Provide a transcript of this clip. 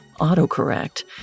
autocorrect